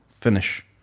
Finish